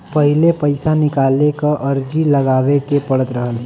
पहिले पइसा निकाले क अर्जी लगावे के पड़त रहल